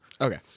Okay